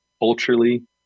Culturally